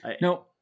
no